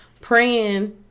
praying